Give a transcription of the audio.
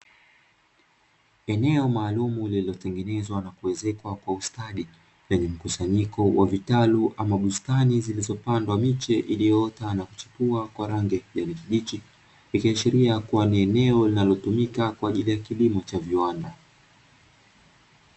Eneo maalumu lililotengenezwa na kuezekwa kwa ustadi, lenye mkusanyiko wa vitalu ama bustani zilizopandwa miche iliyoota na kuchipua kwa rangi ya kijani kibichi, ikiashiria kuwa ni eneo linalotumika kwa ajili ya kilimo cha viwanda.